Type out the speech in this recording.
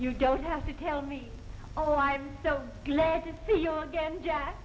you don't have to tell me oh i'm so glad to see you again